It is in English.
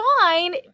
fine